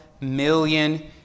million